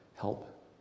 help